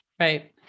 Right